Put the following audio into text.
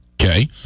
Okay